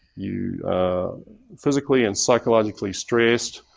you are physically and psychologically stressed.